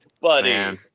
Buddy